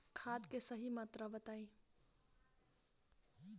खाद के सही मात्रा बताई?